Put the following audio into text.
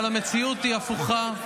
אבל המציאות הפוכה,